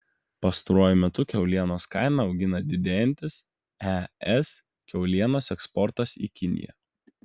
pastaruoju metu kiaulienos kainą augina didėjantis es kiaulienos eksportas į kiniją